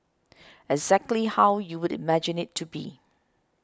exactly how you would imagine it to be